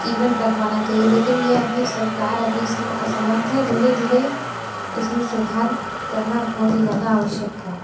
event रखवाना चाहिए लेकिन ये अभी सरकार अभी इसमें असमर्थ है धीरे धीरे इसमें सुधार करना बहुत ही ज़्यादा आवश्यक है